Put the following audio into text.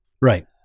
right